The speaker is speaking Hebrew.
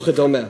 וכדומה.